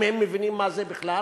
אם הם מבינים מה זה בכלל,